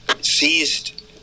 seized